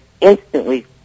instantly